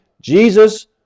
Jesus